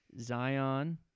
Zion